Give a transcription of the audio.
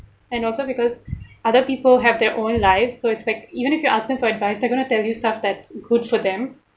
and also because other people have their own lives so it's like even if you ask them for advice they're gonna tell you stuff that's good for them